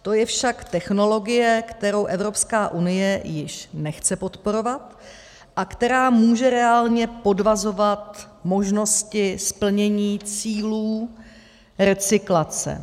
To je však technologie, kterou Evropská unie již nechce podporovat a která může reálně podvazovat možnosti splnění cílů recyklace.